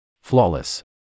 Flawless